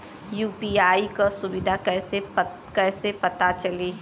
UPI क सुविधा कैसे पता चली?